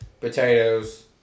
potatoes